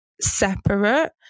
separate